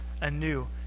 anew